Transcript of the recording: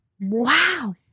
Wow